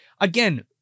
again